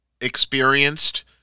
experienced